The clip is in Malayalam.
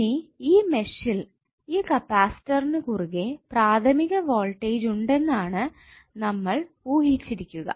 ഇനി ഈ മെഷിൽ ഈ കപാസിറ്ററിന് കുറുകെ പ്രാഥമിക വോൾടേജ് ഉണ്ടെന്ന് ആണ് നമ്മൾ ഊഹിച്ചിരിക്കുക